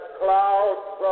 clouds